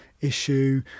issue